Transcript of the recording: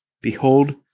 Behold